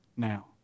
Now